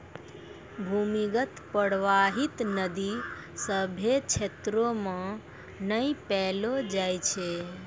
भूमीगत परबाहित नदी सभ्भे क्षेत्रो म नै पैलो जाय छै